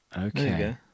Okay